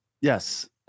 Yes